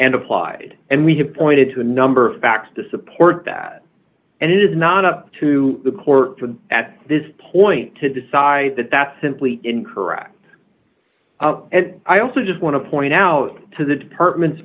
and applied and we have pointed to a number of facts to support that and it is not up to the court at this point to decide that that's simply incorrect and i also just want to point out to the department